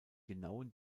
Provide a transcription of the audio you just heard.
genauen